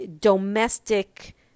domestic